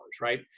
right